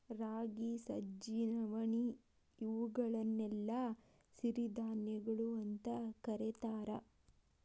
ರಾಗಿ, ಸಜ್ಜಿ, ನವಣಿ, ಇವುಗಳನ್ನೆಲ್ಲ ಸಿರಿಧಾನ್ಯಗಳು ಅಂತ ಕರೇತಾರ